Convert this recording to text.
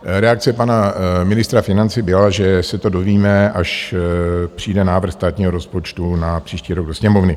Reakce pana ministra financí byla, že se to dovíme, až přijde návrh státního rozpočtu na příští rok do Sněmovny.